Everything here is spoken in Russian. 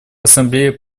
ассамблея